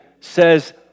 says